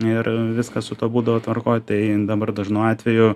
ir viskas su tuo būdavo tvarkoj tai dabar dažnu atveju